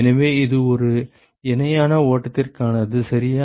எனவே இது ஒரு இணையான ஓட்டத்திற்கானது சரியா